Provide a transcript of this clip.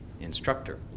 instructor